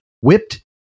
whipped